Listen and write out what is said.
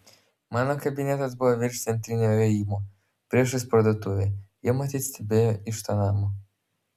mano kabinetas buvo virš centrinio įėjimo priešais parduotuvę jie matyt stebėjo iš to namo